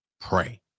pray